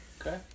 Okay